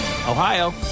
Ohio